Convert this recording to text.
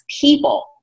people